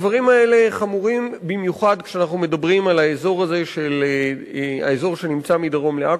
הדברים האלה חמורים במיוחד כשאנחנו מדברים על האזור הזה מדרום לעכו,